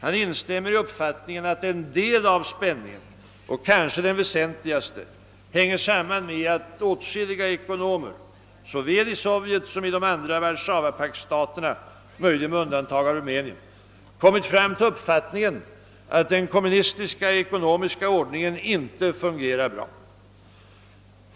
Han instämmer i uppfattningen att en del av spänningen — och kanske den väsentligaste — hänger samman med att åtskilliga ekonomer, såväl i Sovjet som i de andra Warszawapaktsstaterna, möjligen med undantag av Rumänien, kommit fram till uppfattningen att den kommunistiska ekonomiska ordningen inte fungerar bra.